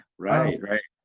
right? right.